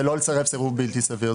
לא לסרב סירוב בלתי סביר.